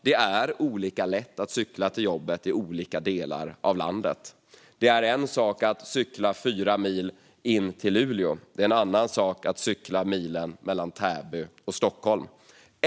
Det är olika lätt att cykla till jobbet i olika delar av landet, fru talman. Det är en sak att cykla fyra mil in till Luleå och en annan att cykla milen mellan Täby och Stockholm.